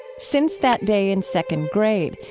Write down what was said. since that day in second grade,